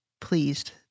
pleased